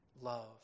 love